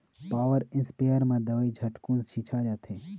power sprayer म दवई झटकुन छिंचा जाथे